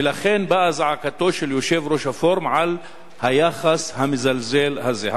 ולכן באה זעקתו של יושב-ראש הפורום על היחס המזלזל הזה.